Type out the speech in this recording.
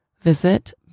Visit